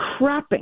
crapping